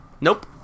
Nope